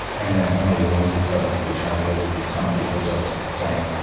and then only once it started to be translated, did some people start saying,